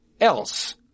else